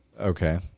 Okay